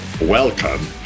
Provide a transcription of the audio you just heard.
Welcome